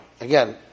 again